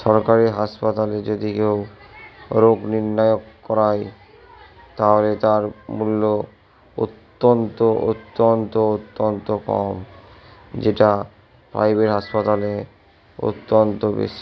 সরকারি হাসপাতালে যদি কেউ রোগ নির্ণায়ক করা হয় তাহলে তার মূল্য অত্যন্ত অত্যন্ত অত্যন্ত কম যেটা প্রাইভেট হাসপাতালে অত্যন্ত বেশি